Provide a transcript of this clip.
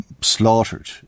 slaughtered